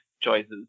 choices